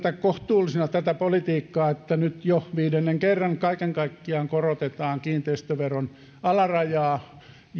kohtuullisena tätä politiikkaa että nyt jo viidennen kerran kaiken kaikkiaan korotetaan kiinteistöveron alarajaa